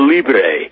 Libre